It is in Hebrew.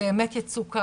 זו אמת יצוקה.